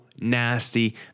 nasty